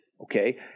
okay